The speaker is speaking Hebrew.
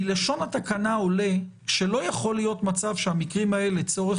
מלשון התקנה עולה שלא יכול להיות שהמקרים האלה צורך